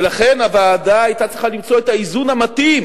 ולכן הוועדה היתה צריכה למצוא את האיזון המתאים